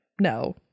No